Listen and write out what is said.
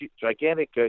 gigantic